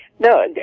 No